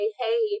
hey